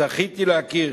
זכיתי להכיר